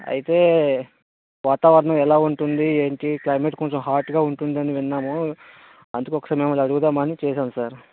అయితే వాతావరణం ఎలా ఉంటుంది ఏంటి క్లైమేట్ కొంచం హాట్గా ఉంటుందని విన్నాము అందుకు ఒకసారి మిమ్మల్ని అడుగుదామని చేశాము సార్